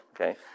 Okay